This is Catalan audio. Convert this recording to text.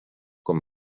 com